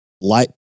light